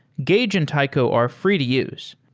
gauge and taico are free to use.